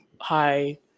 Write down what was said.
Hi